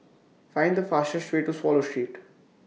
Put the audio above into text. Find The fastest Way to Swallow Street